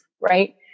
right